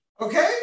Okay